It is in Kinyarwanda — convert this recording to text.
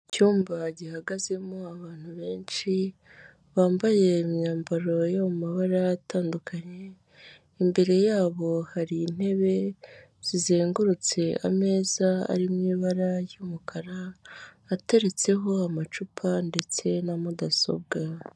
Icyumba gihagazemo abantu benshi bambaye imyambaro yo mu mabara atandukanye, imbere yabo hari intebe zizengurutse ameza ari mu ibara ry'umukara ateretseho amacupa ndetse na mudasobwa.